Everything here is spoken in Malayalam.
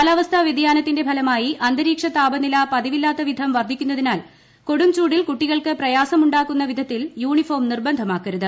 കാലാവസ്ഥാവ്യതിയാന്റിത്തിന്റെ ഫലമായി അന്തരീക്ഷ താപനില പതിവില്ലാത്ത വിധം വർദ്ധിക്കുന്നതിനാൽ കൊടുംചൂടിൽ കുട്ടി കൾക്ക് പ്രയാസമുണ്ടാക്കുന്ന വിധത്തിൽ യൂണിഫോം നിർബന്ധമാ ക്കരുത്